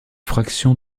fraction